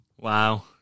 Wow